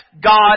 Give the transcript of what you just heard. God